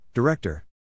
Director